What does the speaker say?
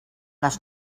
les